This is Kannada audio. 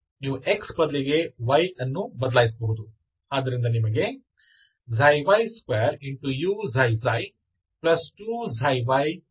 ನೀವು x ಬದಲಿಗೆ y ಅನ್ನು ಬದಲಾಯಿಸಬಹುದು